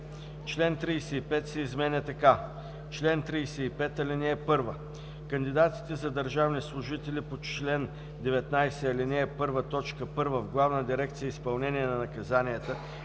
Член 35 се изменя така: „Чл. 35. (1) Кандидатите за държавни служители по чл. 19, ал. 1, т. 1 в Главна дирекция „Изпълнение на наказанията“